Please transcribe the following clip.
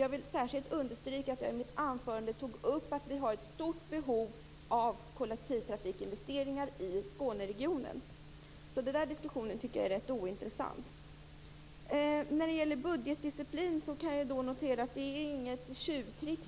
Jag vill särskilt understryka att jag i mitt anförande tog upp att vi har ett stort behov av kollektivtrafikinvesteringar i Skåneregionen. Så denna diskussion är ointressant. Vi kommer inte med några tjuvtrick.